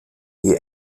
ihr